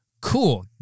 cool